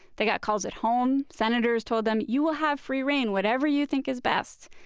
they got calls at home. senators told them, you will have free reign whatever you think is best.